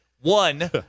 One